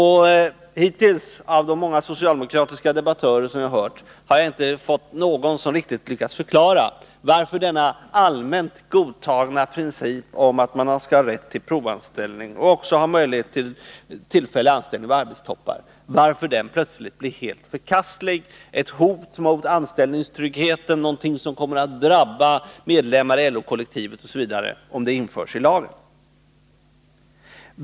Jag har bland de många socialdemokratiska debattörer som jag lyssnat på hittills inte hört att någon riktigt lyckats förklara varför den allmänt godtagna principen om rätt till provanställning liksom till tillfällig anställning vid arbetstoppar plötsligt blir helt förkastlig, ett hot mot anställningstryggheten, något som kommer att drabba medlemmar i LO-kollektivet osv., om den införs i lagen.